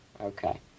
Okay